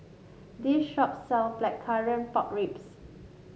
this shop sell Blackcurrant Pork Ribs